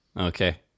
Okay